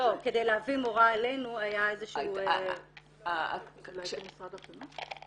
כדי להביא מורה אלינו הייתה איזה שהיא --- אולי זה משרד החינוך?